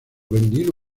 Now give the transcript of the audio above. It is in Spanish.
vendido